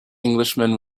englishman